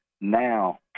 now